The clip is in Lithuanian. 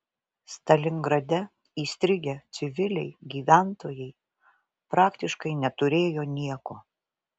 stalingrade įstrigę civiliai gyventojai praktiškai neturėjo nieko